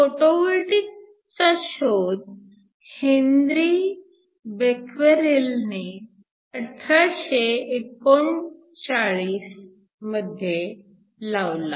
photovoltaic चा शोध Henry बेक्वेरेलने 1839 मध्ये लावला